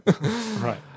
right